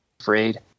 afraid